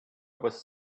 was